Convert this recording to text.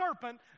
serpent